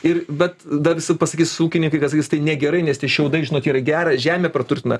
ir bet dar visi pasakys ūkininkai kad sakys tai negerai nes tie šiaudai žinot yra gera žemę praturtina